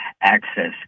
access